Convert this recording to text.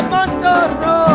Montoro